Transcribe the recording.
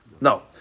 No